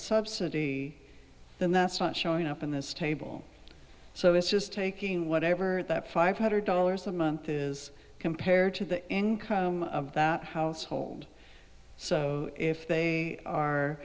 subsidy then that's not showing up in this table so it's just taking whatever that five hundred dollars a month is compared to the income of that household so if they